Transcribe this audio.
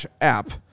app